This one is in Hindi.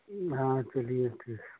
हाँ चलिए ठीक है